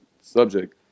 subject